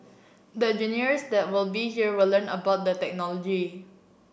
the engineers that will be here will learn about the technology